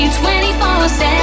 24-7